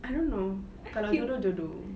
I don't know kalau jodoh jodoh